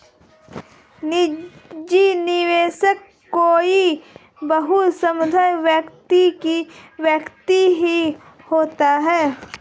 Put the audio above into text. निजी निवेशक कोई बहुत समृद्ध व्यक्ति ही होता है